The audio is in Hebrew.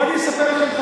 בואו ואספר לכם,